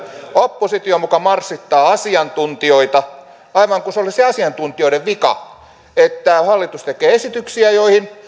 oppositio muka marssittaa asiantuntijoita aivan kuin se olisi asiantuntijoiden vika että hallitus tekee esityksiä joihin